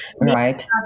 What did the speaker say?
Right